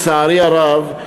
לצערי הרב,